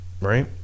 Right